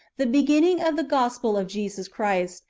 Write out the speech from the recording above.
the beginning of the gospel of jesus christ,